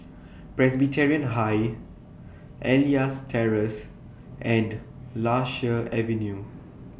Presbyterian High Elias Terrace and Lasia Avenue